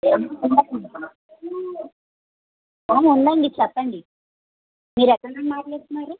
ఏమన్న తినడానికి ఉందా ఉందండి చెప్పండి మీరు ఎక్కడ నుంచి మాట్లాడుతున్నారు